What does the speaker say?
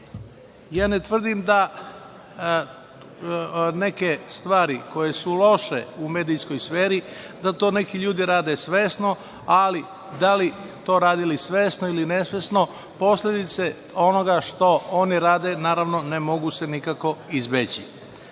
tvrdim da neke stvari koje su loše u medijskoj sferi da to neki ljude rade svesno, ali da li to radili svesno ili nesvesno, posledice onoga što oni rade, naravno, ne mogu se nikako